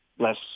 less